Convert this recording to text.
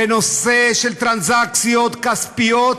בנושא של טרנזאקציות כספיות,